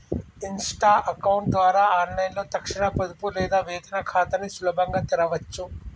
Insta account ద్వారా ఆన్లైన్లో తక్షణ పొదుపు లేదా వేతన ఖాతాని సులభంగా తెరవచ్చు